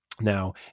Now